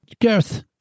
Gareth